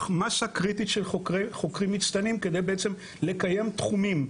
מסה קריטית של חוקרים מצטיינים כדי לקיים תחומים.